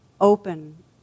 open